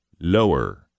lower